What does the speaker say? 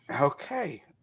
Okay